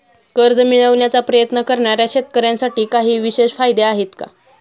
कर्ज मिळवण्याचा प्रयत्न करणाऱ्या शेतकऱ्यांसाठी काही विशेष फायदे आहेत का?